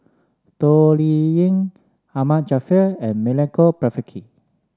Toh Liying Ahmad Jaafar and Milenko Prvacki